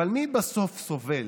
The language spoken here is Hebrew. אבל מי בסוף סובל?